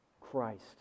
Christ